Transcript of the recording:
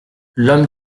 l’homme